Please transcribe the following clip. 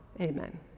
Amen